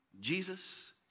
Jesus